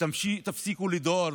תפסיקו לדהור